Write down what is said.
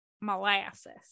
molasses